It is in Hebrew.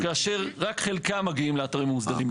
כאשר רק חלקם מגיעים לאתרים המוסדרים.